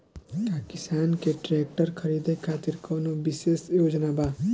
का किसान के ट्रैक्टर खरीदें खातिर कउनों विशेष योजना बा?